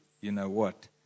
you-know-what